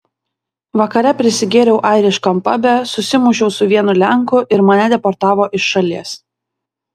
vakare prisigėriau airiškam pabe susimušiau su vienu lenku ir mane deportavo iš šalies